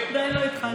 עדיין לא התחלתי.